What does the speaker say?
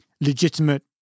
legitimate